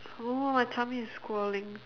!huh! my tummy is calling